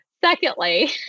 secondly